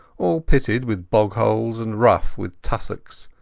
all pitted with bog-holes and rough with tussocks,